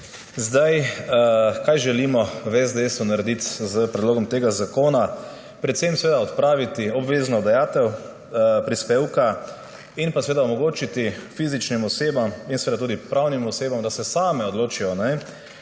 Kaj želimo v SDS narediti s predlogom tega zakona? Predvsem odpraviti obvezno dajatev prispevka in pa omogočiti fizičnim osebam in tudi pravnim osebam, da se same odločijo, ali